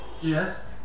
Yes